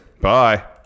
Bye